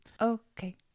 okay